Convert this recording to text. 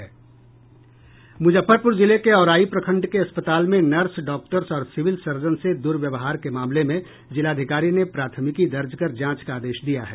मूजफ्फरपूर जिले के औराई प्रखंड के अस्पताल में नर्स डॉक्टर्स और सिविल सर्जन से दुर्व्यवहार के मामले में जिलाधिकारी ने प्राथमिकी दर्ज कर जांच का आदेश दिया है